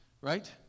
right